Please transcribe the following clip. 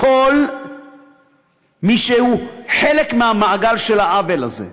כל מי שהוא חלק מהמעגל של העוול הזה,